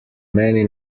many